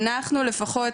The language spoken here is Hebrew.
אנחנו לפחות,